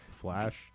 Flash